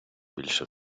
більше